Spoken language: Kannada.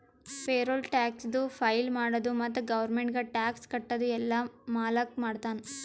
ಪೇರೋಲ್ ಟ್ಯಾಕ್ಸದು ಫೈಲ್ ಮಾಡದು ಮತ್ತ ಗೌರ್ಮೆಂಟ್ಗ ಟ್ಯಾಕ್ಸ್ ಕಟ್ಟದು ಎಲ್ಲಾ ಮಾಲಕ್ ಮಾಡ್ತಾನ್